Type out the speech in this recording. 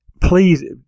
please